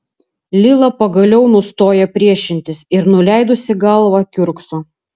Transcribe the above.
lila pagaliau nustoja priešintis ir nuleidusi galvą kiurkso